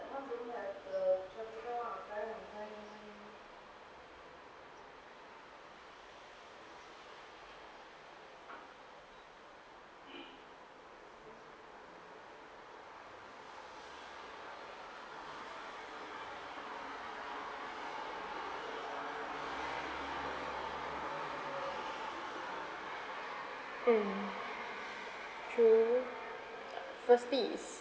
mm true first thing is